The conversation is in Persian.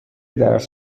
درس